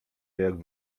jak